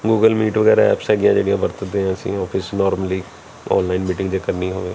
Google Meet ਵਗੈਰਾ apps ਹੈਗੀਆਂ ਜਿਹੜੀਆਂ ਵਰਤਦੇ ਹਾਂ ਅਸੀਂ ਆਫਿਸ 'ਚ ਨੋਰਮਲੀ ਆਨਲਾਈਨ ਮੀਟਿੰਗ ਜੇ ਕਰਨੀ ਹੋਵੇ